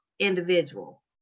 individual